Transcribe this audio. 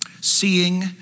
Seeing